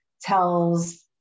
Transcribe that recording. tells